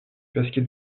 basket